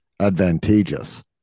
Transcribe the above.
advantageous